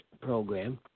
program